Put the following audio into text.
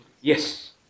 Yes